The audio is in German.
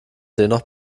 dennoch